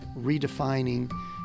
redefining